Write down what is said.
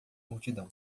multidão